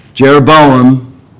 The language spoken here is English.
Jeroboam